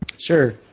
Sure